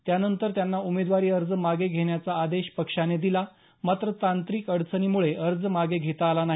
त्यानंतर त्यांना उमेदवारी अर्ज मागे घेण्याचा आदेश पक्षाने दिला मात्र तांत्रिक अडचणीमुळे अर्ज मागे घेता आला नाही